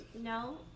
No